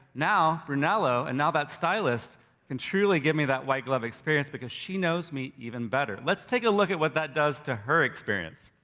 now brunello, and now that stylist can truly give me that white glove experience because she knows me even better. let's take a look at what that does to her experience,